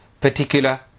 particular